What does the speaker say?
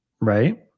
Right